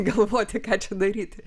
galvoti ką čia daryti